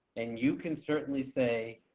and you can certainly say,